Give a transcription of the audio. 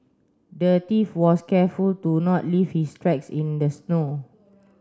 the thief was careful to not leave his tracks in the snow